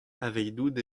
evidout